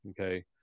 okay